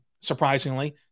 surprisingly